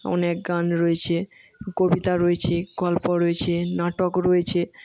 অনেক গান রয়েছে কবিতা রয়েছে গল্প রয়েছে নাটক রয়েছে